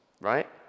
Right